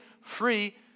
free